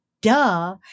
duh